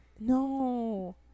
No